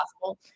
possible